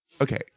Okay